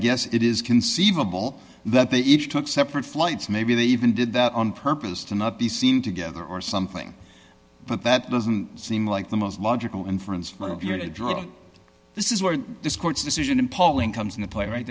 guess it is conceivable that they each took separate flights maybe they even did that on purpose to not be seen together or something but that doesn't seem like the most logical inference from your drug this is where this court's decision in polling comes into play right